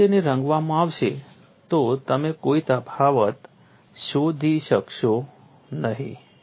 જો તેને રંગવામાં આવશે તો તમે કોઈ તફાવત શોધી શકશો નહીં